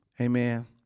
Amen